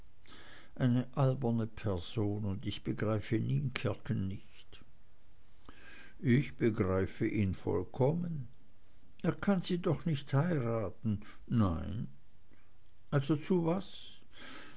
eine alberne person und ich begreife nienkerken nicht ich begreife ihn vollkommen er kann sie doch nicht heiraten nein also zu was